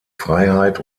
freiheit